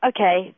Okay